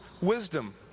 wisdom